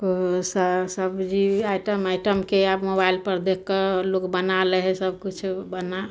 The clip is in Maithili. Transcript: सबजी आइटम आइटमके आब मोबाइलपर देखिकऽ लोक बना लै हइ सबकिछु बना